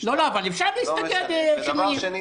דבר שני,